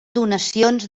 donacions